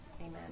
Amen